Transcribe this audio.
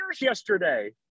yesterday